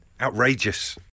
Outrageous